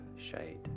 shade